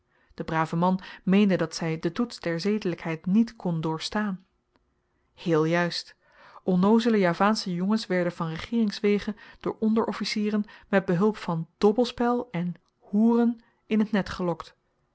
de brave man meende dat zy den toets der zedelykheid niet kon doorstaan heel juist onnoozele javaansche jongens werden van regeeringswege door onderofficieren met behulp van dobbelspel en hoeren in t net gelokt